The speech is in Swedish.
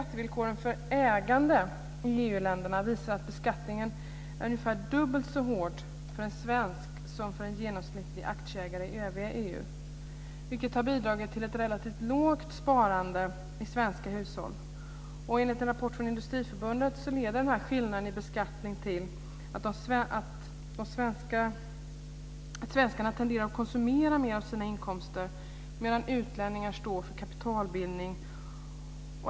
länderna visar att beskattningen är ungefär dubbelt så hård för en svensk som för en genomsnittlig aktieägare i övriga EU, vilket har bidragit till ett relativt sett lågt sparande i svenska hushåll. Enligt en rapport från Industriförbundet leder skillnaden i beskattning till att svenskarna tenderar att konsumera mer av sina inkomster medan utlänningar står för kapitalbindning.